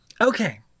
Okay